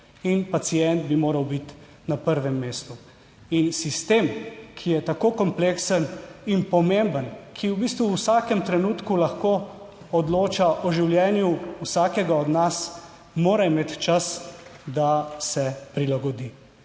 in pacient bi moral biti na prvem mestu. In sistem, ki je tako kompleksen in pomemben, ki v bistvu v vsakem trenutku lahko odloča o življenju vsakega od nas, mora imeti čas, da se prilagodi.